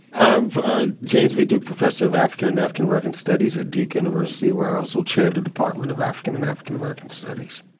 i'm ah james b. duke professor of african and african american studies at duke university where i also chair the department of african and african american studies.